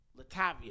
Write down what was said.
Latavia